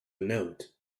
note